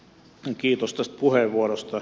kiitos tästä puheenvuorosta